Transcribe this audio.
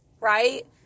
right